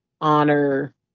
honor